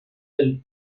del